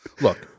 Look